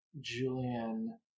Julian